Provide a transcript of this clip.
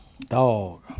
Dog